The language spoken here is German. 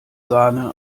sahne